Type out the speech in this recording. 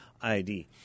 ID